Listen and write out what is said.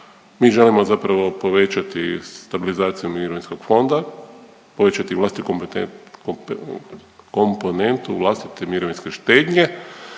Mi želimo zapravo povećati stabilizaciju mirovinskog fonda, povećati vlastitu komponentu vlastite mirovinske štednje